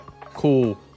Cool